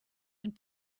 and